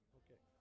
okay